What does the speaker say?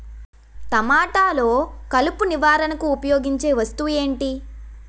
టమాటాలో కలుపు నివారణకు ఉపయోగించే వస్తువు ఏంటి?